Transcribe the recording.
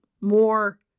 more